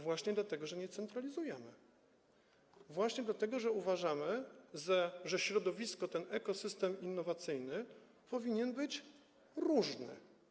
Właśnie dlatego, że nie centralizujemy, właśnie dlatego, że uważamy, że środowisko, ten ekosystem innowacyjny powinien być różny.